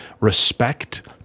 respect